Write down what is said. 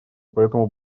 поэтому